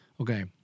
Okay